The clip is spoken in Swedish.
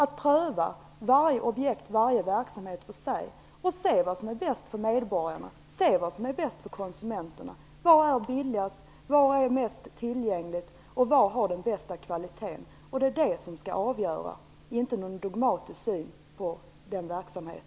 Vi prövar varje objekt och varje verksamhet för sig för att se vad som är bäst för medborgarna och för konsumenterna. Vi ser vad som är billigast, vad som är mest tillgängligt och vad som har den bästa kvaliteten. Det är det som skall avgöra. Vi har inte någon dogmatisk syn på denna verksamhet.